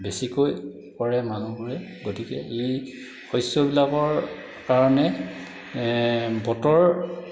বেছিকৈ কৰে মানুহবোৰে গতিকে এই শস্য়বিলাকৰ কাৰণে বতৰ